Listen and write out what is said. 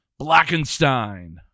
Blackenstein